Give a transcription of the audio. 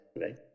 right